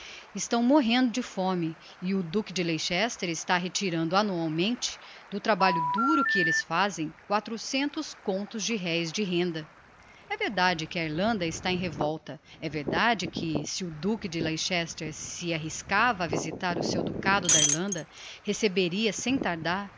estão morrendo de fome e o duque de leicester está retirando annualmente do trabalho duro que elles fazem quatrocentos contos de reis de renda é verdade que a irlanda está em revolta é verdade que se o duque de leicester se arriscava a visitar o seu ducado da irlanda receberia sem tardar